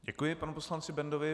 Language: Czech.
Děkuji panu poslanci Bendovi.